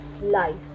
Life